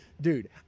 dude